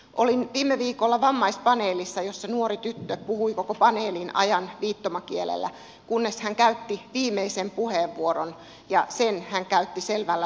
olin viime viikolla vammaispaneelissa jossa nuori tyttö puhui koko paneelin ajan viittomakielellä kunnes hän käytti viimeisen puheenvuoron ja sen hän käytti selvällä suomen kielellä